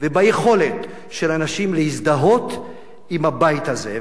וביכולת של אנשים להזדהות עם הבית הזה.